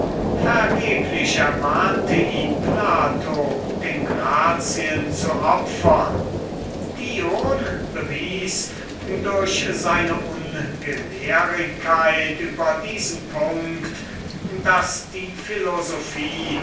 vergebens ermahnte ihn plato den huldgöttinnen zu opfern und erinnerte ihn daß sprödigkeit sich nur für einsiedler schicke dion bewies durch seine ungelehrigkeit über diesen punkt daß die philosophie